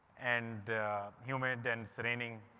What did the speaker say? and humid and it's raining.